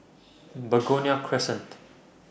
Begonia Crescent